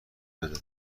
بره